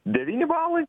devyni balai